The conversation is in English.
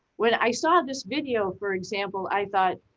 when i saw this video, for example i thought,